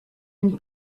une